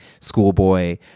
schoolboy